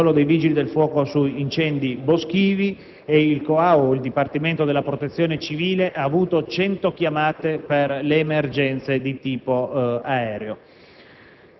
solo dei Vigili del fuoco per incendi boschivi e il COA, il dipartimento della Protezione civile, ha ricevuto 100 chiamate per le emergenze di tipo aereo.